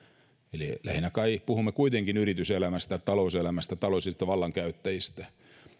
eli lähinnä kai puhumme kuitenkin yrityselämästä talouselämästä taloudellisista vallankäyttäjistä